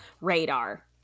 radar